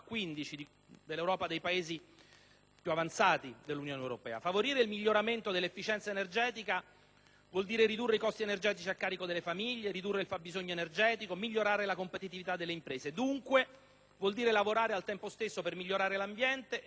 più avanzati dell'Unione europea. Favorire il miglioramento dell'efficienza energetica vuol dire ridurre i costi energetici a carico delle famiglie, ridurre il fabbisogno energetico, migliorare la competitività delle imprese: vuol dire dunque lavorare, al tempo stesso, per migliorare l'ambiente e per rafforzare e modernizzare l'economia.